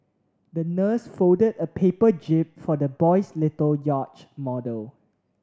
the nurse folded a paper jib for the boy's little yacht model